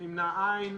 לא אושרה.